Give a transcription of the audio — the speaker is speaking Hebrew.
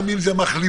גם אם זה מחלימים,